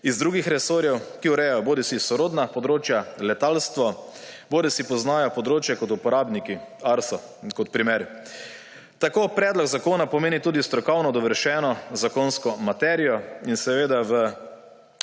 iz drugih resorjev, ki urejajo bodisi sorodna področja – letalstvo – bodisi poznajo področje kot uporabniki – Arso ‒ kot primer. Tako predlog zakona pomeni tudi strokovno dovršeno zakonsko materijo in seveda v